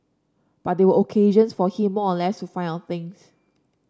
but they were occasions for him more or less to find out things